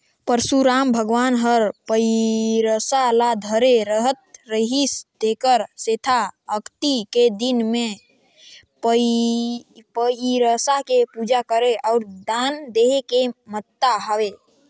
परसुराम भगवान हर फइरसा ल धरे रहत रिहिस तेखर सेंथा अक्ती के दिन मे फइरसा के पूजा करे अउ दान देहे के महत्ता हवे